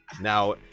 now